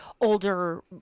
older